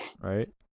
Right